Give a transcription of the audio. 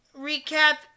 recap